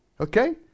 Okay